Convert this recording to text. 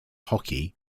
hockey